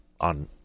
on